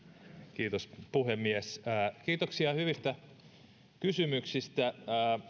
kiitos puhemies kiitoksia hyvistä kysymyksistä